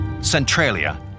Centralia